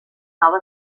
nova